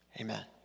Amen